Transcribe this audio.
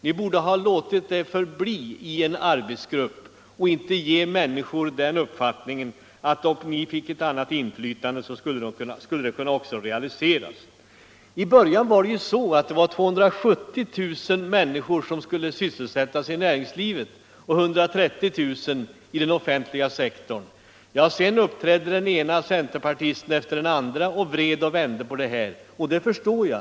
Ni borde ha låtit den förbli i arbetsgruppen och inte ge människor uppfattningen att den siffran skulle kunna realiseras om ni fick ett annat inflytande. I början påstod ni att det var 270 000 människor som skulle sysselsättas i näringslivet och 130 000 i den offentliga sektorn. Sedan uppträdde den ena centerpartisten efter den andra och vred och vände på dessa siffror, och det förstår jag.